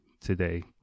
today